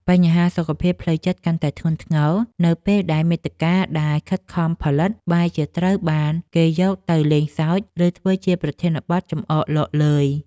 បញ្ហាសុខភាពផ្លូវចិត្តកាន់តែធ្ងន់ធ្ងរ នៅពេលដែលមាតិកាដែលខិតខំផលិត បែរជាត្រូវបានគេយកទៅលេងសើច ឬធ្វើជាប្រធានបទចំអកឡកឡើយ។